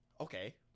okay